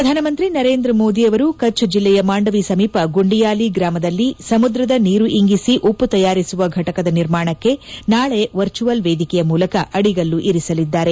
ಪ್ರಧಾನಮಂತ್ರಿ ನರೇಂದ್ರ ಮೋದಿ ಕಭ್ ಜಿಲ್ಲೆಯ ಮಾಂಡವಿ ಸಮೀಪ ಗುಂಡಿಯಾಲಿ ಗ್ರಾಮದಲ್ಲಿ ಸಮುದ್ರದ ನೀರು ಇಂಗಿಸಿ ಉಮ್ಪ ತಯಾರಿಸುವ ಘಟಕದ ನಿರ್ಮಾಣಕ್ಕೆ ನಾಳೆ ವರ್ಚುವಲ್ ವೇದಿಕೆಯ ಮೂಲಕ ಅಡಿಗಲ್ಲು ಇರಿಸಲಿದ್ದಾರೆ